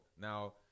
Now